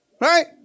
Right